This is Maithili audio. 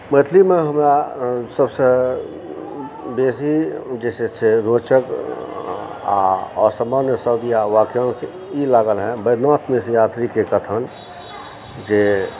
मैथिलीमे हमरा सबसँ बेसी जे छै से रोचक आ असामान्य शब्द या वाक्यांश ई लागल हँ बैद्यनाथ मिश्र यात्रीकेँ कथन जे